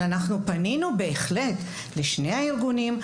אבל אנחנו פנינו בהחלט לשני הארגונים,